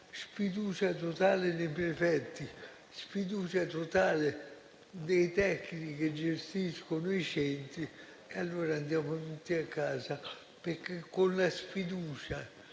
sfiducia totale nei prefetti, sfiducia totale nei tecnici che gestiscono i centri, allora andiamo tutti a casa. Infatti, nutrendo sfiducia